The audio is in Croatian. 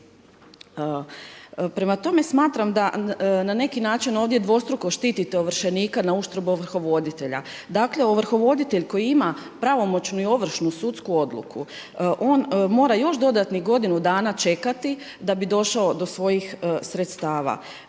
Prema tome smatram da na neki način ovdje dvostruko štitite ovršenika na uštrb ovrhovoditelja. Dakle, ovrhovoditelj koji ima pravomoćnu i ovršnu sudsku odluku on mora još dodatnih godinu dana čekati da bi došao do svojih sredstava.